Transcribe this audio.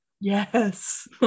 Yes